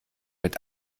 mit